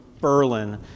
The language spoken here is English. Berlin